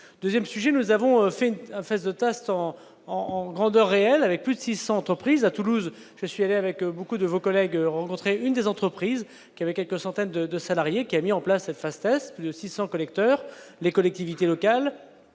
2ème sujet : nous avons fait une phase de tests en en grandeur réelle avec plus de 600 entreprises à Toulouse, je suis allé avec beaucoup de vos collègues, rencontrer une des entreprises qui avaient quelques centaines de de salariés qui a mis en place, face de 600 collecteurs, les collectivités locales,